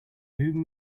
whom